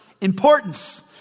importance